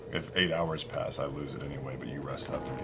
if eight hours pass i lose it anyway, but you rest up